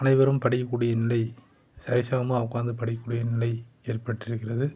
அனைவரும் படிக்கக்கூடிய நிலை சரி சமமாக உட்காந்து படிக்கக்கூடிய நிலை ஏற்பட்டிருக்கிறது